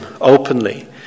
openly